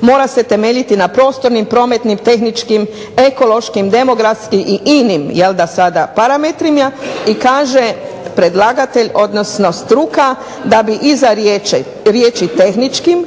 mora se temeljiti na prostornim, prometnim, tehničkim, ekološkim, demografskim i inim jelda sada parametrima, i kaže predlagatelj, odnosno struka da bi iza riječi tehničkim